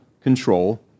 control